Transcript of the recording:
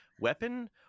weapon